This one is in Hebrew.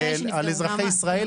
מיעוט שולי בכנסת.